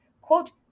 quote